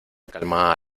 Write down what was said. calma